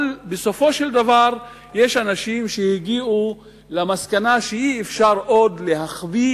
אבל בסופו של דבר יש אנשים שהגיעו למסקנה שאי-אפשר עוד להחביא